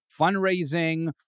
fundraising